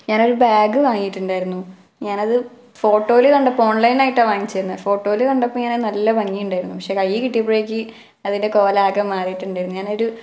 ഞാനൊരു ബാഗ് വാങ്ങിയിട്ടുണ്ടായിരുന്നു ഞാനത് ഫോട്ടോയിൽ കണ്ടപ്പോൾ ഓൺലൈനായിട്ടാ വാങ്ങിച്ചു തന്നെ ഫോട്ടോയിൽ കണ്ടപ്പോൾ ഇങ്ങനെ നല്ല ഭംഗിയുണ്ടായിരുന്നു പക്ഷേ കൈയ്യിൽ കിട്ടിയപ്പോഴേക്ക് അതിൻ്റെ കോലം ആകെ മാറിയിട്ടുണ്ടായിരുന്നു ഞാനൊരു